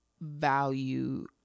value